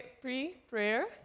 pre-prayer